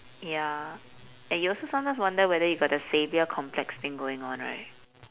ya and you also sometimes wonder whether you got the saviour complex thing going on right